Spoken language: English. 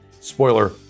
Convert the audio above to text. Spoiler